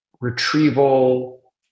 retrieval